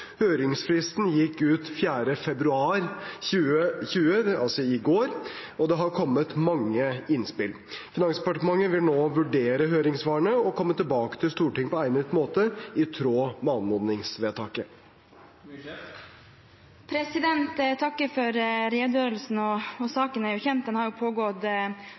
Høringsfristen gikk ut 4. februar 2020, altså i går, og det har kommet mange innspill. Finansdepartementet vil nå vurdere høringssvarene og komme tilbake til Stortinget på egnet måte, i tråd med anmodningsvedtaket. Jeg takker for redegjørelsen. Saken er jo kjent, den har pågått